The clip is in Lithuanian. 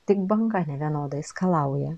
tik banga nevienodai skalauja